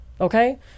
Okay